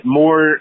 more